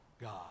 God